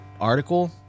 article